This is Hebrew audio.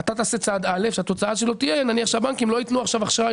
אתה תעשה צעד א' שהתוצאה שלו תהיה נניח שהבנקים לא יתנו עכשיו אשראי